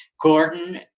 Gordon